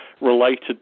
related